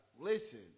listen